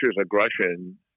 aggression